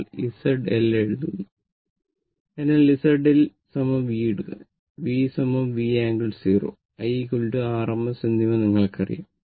നമ്മൾ Z L ഇടുന്നു അതിനാൽ Z L V ഇടുക V V angle 0 I rms എന്നിവ നിങ്ങൾക്കറിയാം